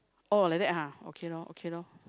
oh like that !huh! okay loh okay loh